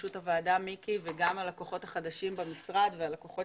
בראשות הוועדה מיקי וגם על הכוחות החדשים במשרד ועל הכוחות